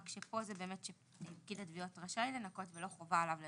רק שפה פקיד התביעות רשאי לנכות ולא חובה עליו לנכות,